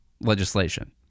legislation